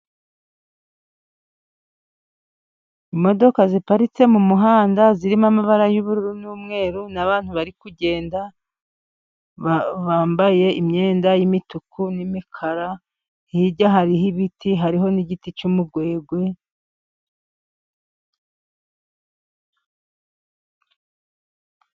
Imodoka ziparitse mu muhanda zirimo amabara y'ubururu n'umweru, n'abantu bari kugenda bambaye imyenda yimituku n'imikara, hirya hariho ibiti, hariho n'igiti cy'umugwegwe.